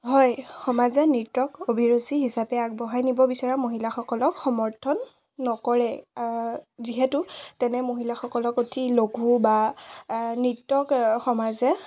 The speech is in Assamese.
হয় সমাজে নৃত্যক অভিৰুচি হিচাপে আগবঢ়াই নিব বিচৰা মহিলাসকলক সমৰ্থন নকৰে যিহেতু তেনে মহিলাসকলক অতি লঘু বা নৃত্যক সমাজে